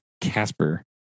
Casper